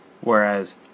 Whereas